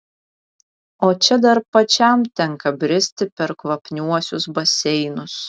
o čia dar pačiam tenka bristi per kvapniuosius baseinus